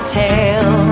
tell